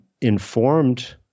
informed